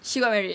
she got married